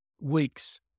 weeks